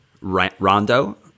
Rondo